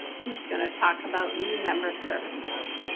who's gonna talk about new member services.